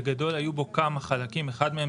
בגדול היו בו כמה חלקים כאשר אחד מהם